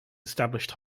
established